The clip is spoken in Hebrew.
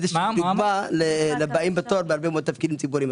תקווה לבאים בתור בהרבה מאוד תפקידים ציבוריים.